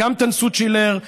וגם טנסו צ'ילר,